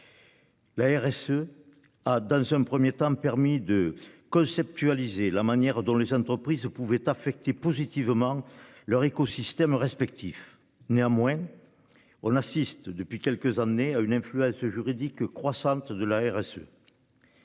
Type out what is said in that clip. La RSE. A dans un 1er temps permis de conceptualiser la manière dont les entreprises ne pouvaient affecter positivement leur écosystème respectif néanmoins. On assiste depuis quelques années, a une influence juridique que croissante de l'ARS.